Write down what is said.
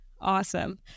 Awesome